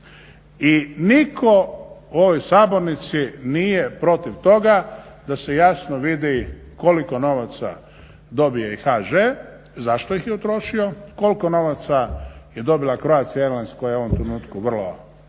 I nitko u ovoj sabornici nije protiv toga da se jasno vidi koliko novaca dobije i HŽ, zašto ih je utrošio, koliko novaca je dobila Croatia airlines koja u ovom trenutku vrlo